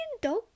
dog